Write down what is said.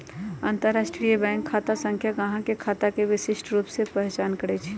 अंतरराष्ट्रीय बैंक खता संख्या गाहक के खता के विशिष्ट रूप से पहीचान करइ छै